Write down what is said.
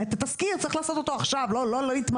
את התסקיר צריך לעשות עכשיו ולא להתמהמה.